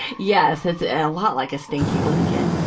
yes, it's a lot like a stinky blanket.